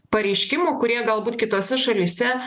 pareiškimų kurie galbūt kitose šalyse